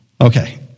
Okay